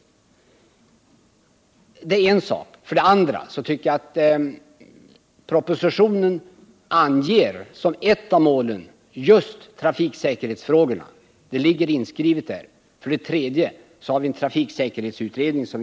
För det andra är just trafiksäkerhetsfrågorna inskrivna i propositionen som ett av målen på det trafikpolitiska området. För det tredje skall vi också avvakta resultatet av den pågående trafiksäkerhetsutredningen.